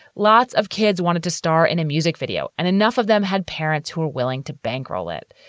lots of kids wanted to star in a music video and enough of them had parents who were willing to bankroll it.